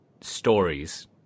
stories